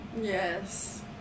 Yes